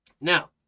now